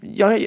jag